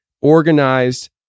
organized